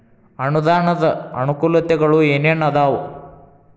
ಅನುದಾನದ್ ಅನಾನುಕೂಲತೆಗಳು ಏನ ಏನ್ ಅದಾವ?